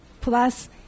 plus